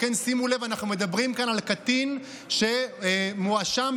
ולתת לבית המשפט סמכות